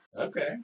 Okay